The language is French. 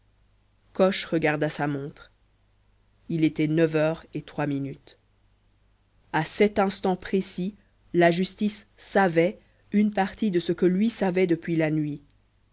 coche regarda sa montre il était neuf heures et trois minutes à cet instant précis la justice savait une partie de ce que lui savait depuis la nuit